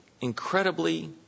incredibly